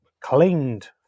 claimed